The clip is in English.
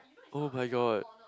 oh-my-god